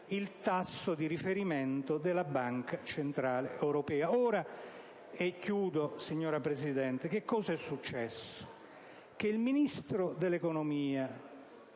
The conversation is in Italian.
il tasso di riferimento della Banca centrale europea. Ora - e concludo, signora Presidente - cosa è successo? Il Ministro dell'economia,